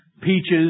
peaches